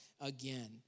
again